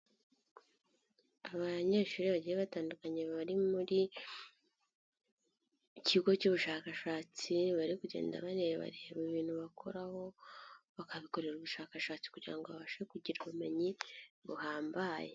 Abanyeshuri bagiye batandukanye bari muri kigo cy'ubushakashatsi bari kugenda bareba bareba ibintu bakoraho, bakabikorera ubushakashatsi kugira ngo babashe kugira ubumenyi buhambaye.